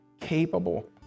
capable